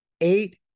eight